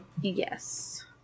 Yes